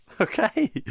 Okay